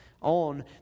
on